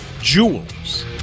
jewels